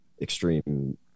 extreme